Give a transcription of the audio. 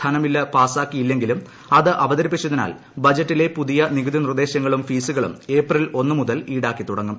ധനബിൽ പാസാക്കിയില്ലെങ്കിലും അത് അവതരിപ്പിച്ചതിനാൽ ബജറ്റിലെ പുതിയ നികുതി നിർദ്ദേശങ്ങളും ഫീസുകളും ഏപ്രിൽ ഒന്നുമുതൽ ഈടാക്കിത്തുടങ്ങും